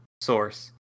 source